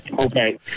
okay